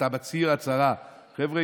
אתה מצהיר הצהרה: חבר'ה,